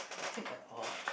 nothing at all ah